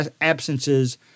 absences